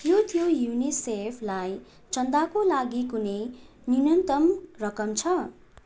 त्यो युनिसेफलाई चन्दाको लागि कुनै न्युनन्तम रकम छ